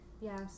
Yes